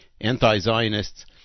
anti-Zionists